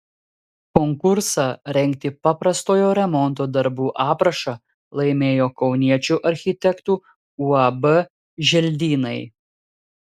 konkursą rengti paprastojo remonto darbų aprašą laimėjo kauniečių architektų uab želdynai